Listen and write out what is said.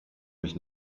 mich